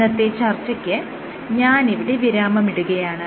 ഇന്നത്തെ ചർച്ചയ്ക്ക് ഞാനിവിടെ വിരാമമിടുകയാണ്